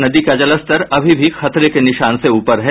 नदी का जलस्तर अभी भी खतरे के निशान से ऊपर है